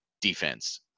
defense